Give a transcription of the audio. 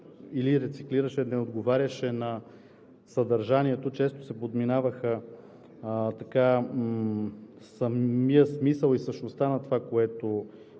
или рециклираше, не отговаряше на съдържанието. Често се подминаваха самият смисъл и същността на това, което